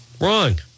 Wrong